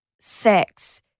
sex